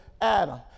Adam